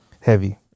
Heavy